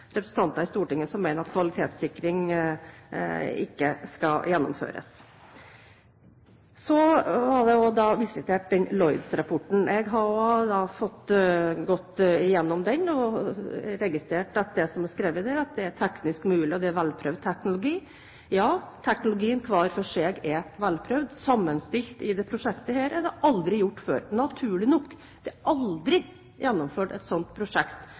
kvalitetssikring ikke skal gjennomføres. Så var det også gjort en visitt til Lloyd's-rapporten. Jeg har fått gått gjennom den og har registrert det som er skrevet der, at det er teknisk mulig, og det er velprøvd teknologi. Ja, teknologiene hver for seg er velprøvde. Sammenstilt i dette prosjektet er det aldri gjort før – naturlig nok. Det er aldri gjennomført et sånt prosjekt